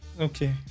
Okay